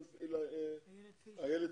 אילת פישמן,